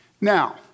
Now